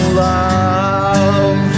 love